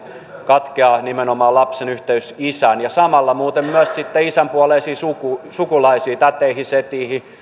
katkeaa nimenomaan lapsen yhteys isään ja samalla muuten myös isän puoleisiin sukulaisiin sukulaisiin täteihin setiin